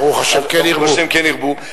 ברוך השם, כן ירבו.